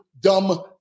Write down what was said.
dumb